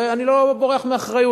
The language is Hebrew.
ואני לא בורח מאחריות.